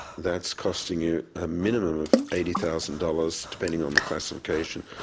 that's costing you a minimum of eighty thousand dollars, depending on the classification,